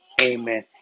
amen